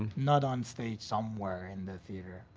not on stage, somewhere in the theater.